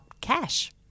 cash